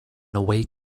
away